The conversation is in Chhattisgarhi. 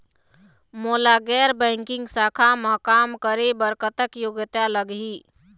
मोला गैर बैंकिंग शाखा मा काम करे बर कतक योग्यता लगही?